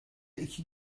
iki